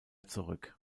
zurück